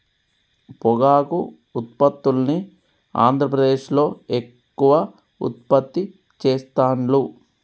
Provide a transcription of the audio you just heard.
పొగాకు ఉత్పత్తుల్ని ఆంద్రప్రదేశ్లో ఎక్కువ ఉత్పత్తి చెస్తాండ్లు